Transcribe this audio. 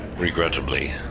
Regrettably